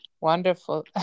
wonderful